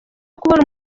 kubona